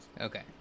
Okay